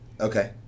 Okay